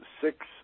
six